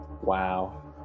Wow